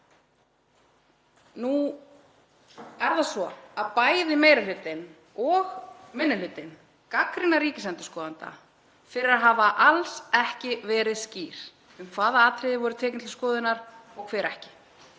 Nú er það svo að bæði meiri hlutinn og minni hlutinn gagnrýna ríkisendurskoðanda fyrir að hafa alls ekki verið skýr um hvaða atriði voru tekin til skoðunar og hver ekki.